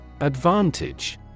advantage